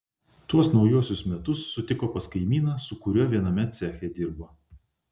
tuos naujuosius metus sutiko pas kaimyną su kuriuo viename ceche dirbo